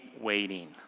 waiting